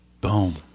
Boom